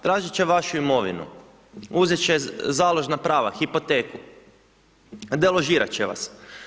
Tražit će vašu imovinu, uzet će založna prava, hipoteku, deložirat će vas.